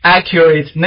Accurate